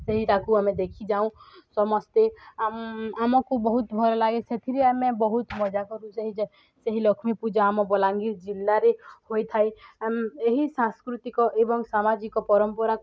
ସେହିଟାକୁ ଆମେ ଦେଖି ଯାଉଁ ସମସ୍ତେ ଆମକୁ ବହୁତ ଭଲଲାଗେ ସେଥିରେ ଆମେ ବହୁତ ମଜା କରୁ ସେହି ଲକ୍ଷ୍ମୀ ପୂଜା ଆମ ବଲାଙ୍ଗୀର ଜିଲ୍ଲାରେ ହୋଇଥାଏ ଏହି ସାଂସ୍କୃତିକ ଏବଂ ସାମାଜିକ ପରମ୍ପରାକୁ